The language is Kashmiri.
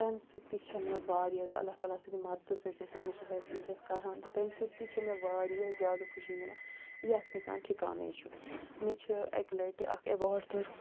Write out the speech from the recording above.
تمہِ سۭتۍ تہِ چھےٚ مےٚ واریاہ اللہ تعالیٰ سٕنٛد مَدتہٕ سۭتۍ ییٚتٮ۪تھ بہٕ سُہ حٲصِل چھَس کَران تہٕ تمہِ سۭتۍ تہِ چھِ مےٚ واریاہ زیادٕ خوشی مِلان یَتھ نہٕ کانٛہہ ٹھِکانَے چھُ مےٚ چھِ اَکہِ لَٹہِ اَکھ اٮ۪واڈ توٚرمُت